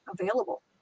available